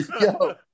Yo